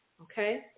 Okay